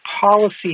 policy